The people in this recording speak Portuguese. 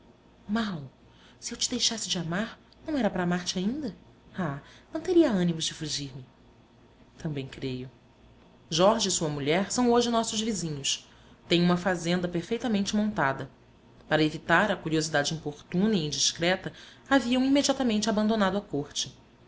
mau se eu te deixasse de amar não era para amar-te ainda ah não terias ânimo de fugirme também creio jorge e sua mulher são hoje nossos vizinhos têm uma fazenda perfeitamente montada para evitar a curiosidade importuna e indiscreta haviam imediatamente abandonado a corte